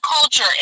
culture